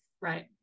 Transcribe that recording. Right